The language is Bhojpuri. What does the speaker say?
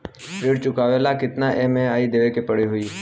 ऋण चुकावेला केतना ई.एम.आई देवेके होई?